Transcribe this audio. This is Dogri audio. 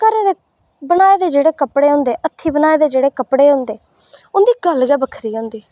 घरै दो बनाए दे जेह्ड़े हत्थै बनाए दे जेह्ड़े कपड़े होंदे उंदी गल्ल गै बक्खरी होंदी